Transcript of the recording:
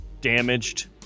damaged